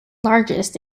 largest